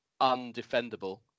undefendable